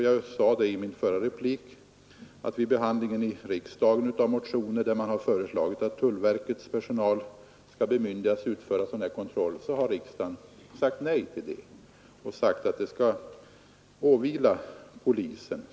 Jag sade i mitt förra anförande att vid behandlingen av motioner, där man har föreslagit att tullverkets personal skall bemyndigas utföra sådan här fordonskontroll, har riksdagen sagt nej och menat att kontrollen skall åvila polisen.